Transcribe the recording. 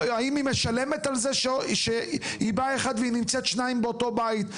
האם היא משלמת על זה שהיא באה אחת ואז נמצאת שניים באותו בית,